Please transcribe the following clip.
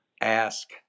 ask